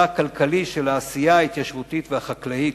הכלכלי של העשייה ההתיישבותית והחקלאית,